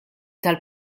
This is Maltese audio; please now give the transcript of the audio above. tal